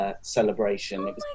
Celebration